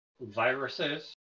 viruses